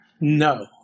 No